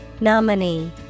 Nominee